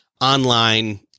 online